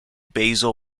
basal